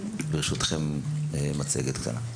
ברשותכם כאן מצגת.